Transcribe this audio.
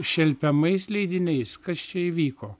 šelpiamais leidiniais kas čia įvyko